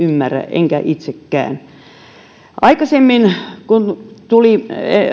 enkä itsekään ymmärrä kun tuli